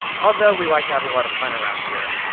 although we like to have a lot of fun around here,